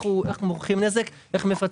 איך מוכיחים נזק,